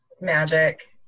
magic